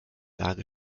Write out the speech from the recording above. lage